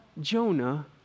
Jonah